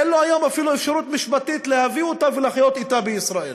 אין לו היום אפילו אפשרות משפטית להביא אותה ולחיות אתה בישראל.